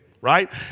right